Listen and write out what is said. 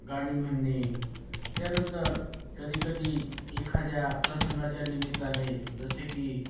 गाणी म्हणणे त्यानंतर कधीकधी एखाद्या प्रसंगाच्या निमित्ताने जसे की